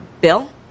bill